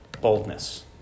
boldness